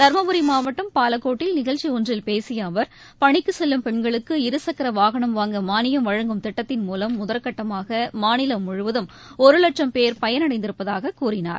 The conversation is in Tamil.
தர்மபுரி மாவட்டம் பாலக்கோட்டில் நிகழ்ச்சிஒன்றில் பேசியஅவர் பணிக்குசெல்லும் பெண்களுக்கு இருசக்கரவாகனம் வாங்க மாளியம் வழங்கும் திட்டத்தின் மூவம் முதற்கட்டமாகமாநிலம் முழுவதும் ஒருவட்சம் பேர் பயனடைந்திருப்பதாககூறினார்